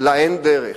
לאין דרך,